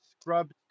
scrubbed